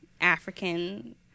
African